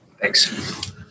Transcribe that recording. Thanks